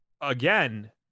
Again